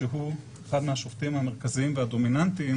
שהוא אחד מהשופטים המרכזיים והדומיננטיים